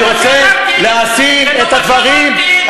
אני רוצה לשים את הדברים,